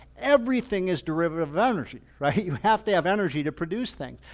everything is derivative of energy, right? you have to have energy to produce things.